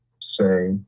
say